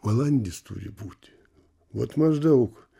balandis turi būti vat maždaug